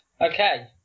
Okay